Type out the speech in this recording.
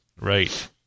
right